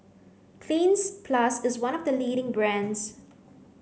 cleans plus is one of the leading brands